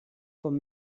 com